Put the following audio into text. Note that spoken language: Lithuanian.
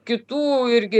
kitų irgi